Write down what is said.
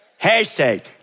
Hashtag